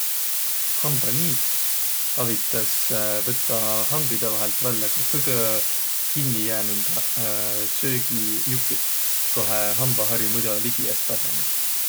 Hambaniit avitas võttaq hambidõ vaihõlt ka kõgõ kinniq jäänümbäq söögijupiq, kohe hambahari muido ligi es päsenüq.